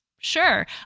sure